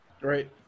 Right